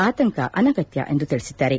ಆತಂಕ ಅನಗತ್ಯ ಎಂದು ತಿಳಿಸಿದ್ದಾರೆ